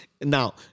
now